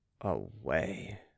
Away